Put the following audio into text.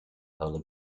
holy